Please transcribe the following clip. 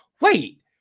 wait